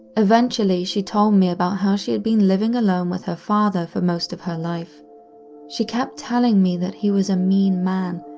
eventually she told me about how she had been living alone with her father for most of her life. and she kept telling me that he was a mean man,